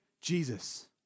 Jesus